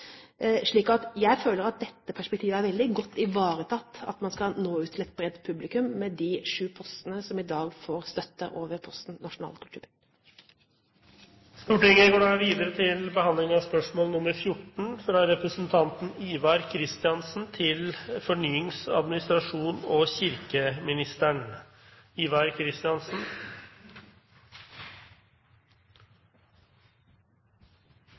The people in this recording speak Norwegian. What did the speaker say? jeg føler at dette perspektivet, at man skal nå ut til et bredt publikum, er veldig godt ivaretatt med de sju postene som i dag får støtte over posten Nasjonale kulturbygg. Jeg tillater meg å stille følgende spørsmål